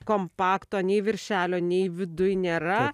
kompakto nei viršelio nei viduj nėra